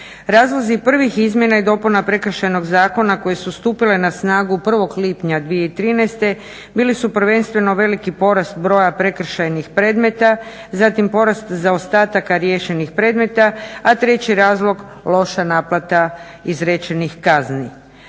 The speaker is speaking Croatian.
Razlozi prvih izmjena i dopuna Prekršajnog zakona koje su stupile na snagu 1. lipnja 2013. bili su prvenstveno veliki porast broja prekršajnih predmeta, zatim porast zaostataka riješenih predmeta, a treći razlog loša naplata izrečenih kazni.